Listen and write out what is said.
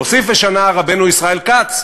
והוסיף ושנה רבנו ישראל כץ: